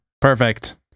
Perfect